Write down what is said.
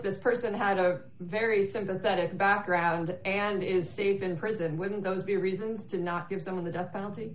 this person had a very sympathetic background and is safe in prison when going to the reasons to not give someone the death penalty